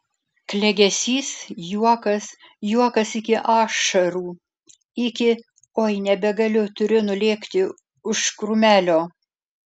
klegesys juokas juokas iki ašarų iki oi nebegaliu turiu nulėkti už krūmelio